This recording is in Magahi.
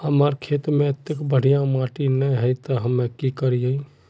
हमर खेत में अत्ते बढ़िया माटी ने है ते हम की करिए?